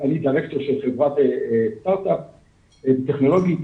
דירקטור של חברת סטרטאפ טכנולוגית,